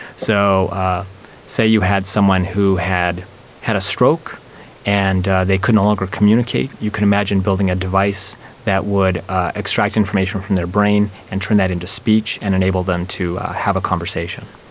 so say you had someone who had had a stroke and they could no longer communicate, you could imagine building a device that would extract information from their brain and turn that into speech and enable them to have a conversation.